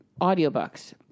audiobooks